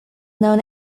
known